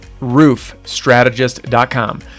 roofstrategist.com